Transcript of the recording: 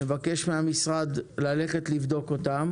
נבקש מהמשרד לבדוק אותם